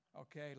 Okay